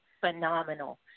phenomenal